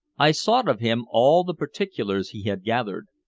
i sought of him all the particulars he had gathered.